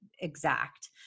Exact